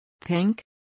Pink